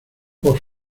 por